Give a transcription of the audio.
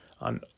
on